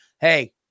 Hey